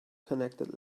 connected